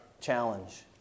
challenge